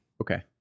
Okay